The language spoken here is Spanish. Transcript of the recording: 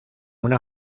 una